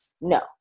No